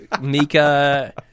Mika